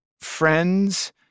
friends